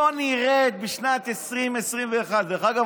בוא נרד בשנת 2020 2021. דרך אגב,